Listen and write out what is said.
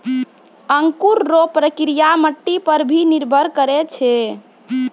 अंकुर रो प्रक्रिया मट्टी पर भी निर्भर करै छै